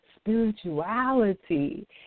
spirituality